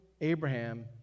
Abraham